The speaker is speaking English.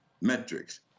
metrics